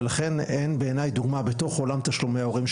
ולכן אין בעיניי דוגמא בתוך עולם תשלומי ההורים,